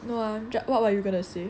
no ah what were you going to say